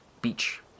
beach